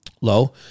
low